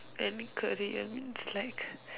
any career means like